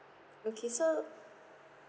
okay so